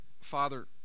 Father